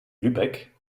lübeck